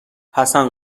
حسن